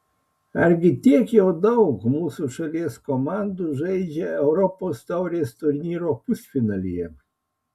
argi tiek jau daug mūsų šalies komandų žaidžia europos taurės turnyro pusfinalyje